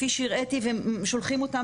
כפי שהראיתי ושולחים אותם,